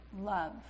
love